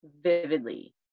vividly